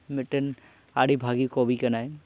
ᱢᱤᱫᱴᱮᱱ ᱟᱹᱰᱤ ᱵᱷᱟᱹᱜᱤ ᱠᱚᱵᱤ ᱠᱟᱱᱟᱭ